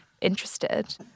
interested